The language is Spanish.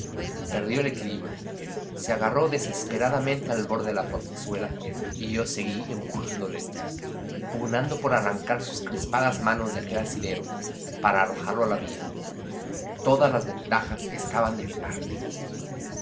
perdió el equilibrio se agarró desesperadamente al borde de la portezuela y yo seguí empujándole pugnando por arrancar sus crispadas manos de aquel asidero para arrojarlo a la vía todas las ventajas estaban de mi parte